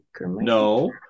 No